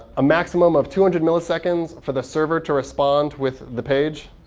a maximum of two hundred milliseconds for the server to respond with the page,